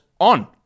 on